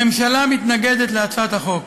הממשלה מתנגדת להצעת החוק.